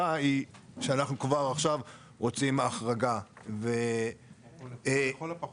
למרות שהתשובה המהירה וההגיונית שלי היא שאנחנו רוצים החרגה כבר עכשיו.